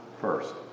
first